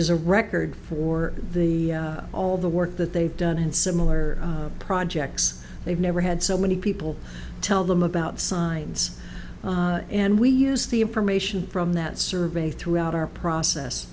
is a record for the all the work that they've done and similar projects they've never had so many people tell them about signs and we use the from ation from that survey throughout our process